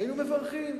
היינו מברכים.